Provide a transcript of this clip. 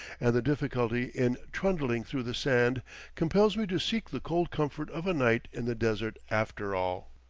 and the difficulty in trundling through the sand compels me to seek the cold comfort of a night in the desert, after all.